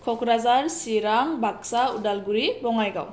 Kokrajhar Chirang Baksa Udalguri Bongaigaon